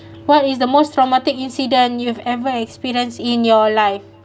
what is the most traumatic incident you've ever experienced in your life